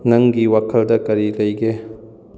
ꯅꯪꯒꯤ ꯋꯥꯈꯜꯗ ꯀꯔꯤ ꯂꯩꯒꯦ